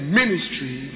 ministry